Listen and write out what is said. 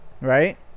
Right